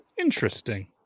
Interesting